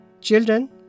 Children